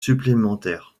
supplémentaires